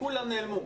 כולם נעלמו,